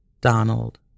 Donald